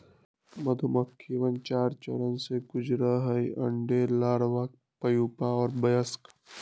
मधुमक्खिवन चार चरण से गुजरा हई अंडे, लार्वा, प्यूपा और वयस्क